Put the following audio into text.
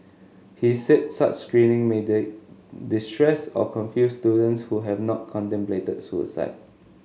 he said such screening may did distress or confuse students who have not contemplated suicide